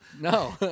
No